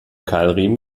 keilriemen